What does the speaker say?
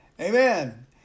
Amen